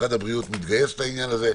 משרד הבריאות מתגייס לעניין הזה.